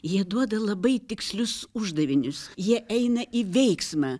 jie duoda labai tikslius uždavinius jie eina į veiksmą